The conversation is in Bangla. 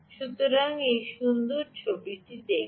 সুতরাং এই সুন্দর ছবি দেখুন